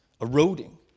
eroding